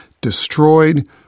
destroyed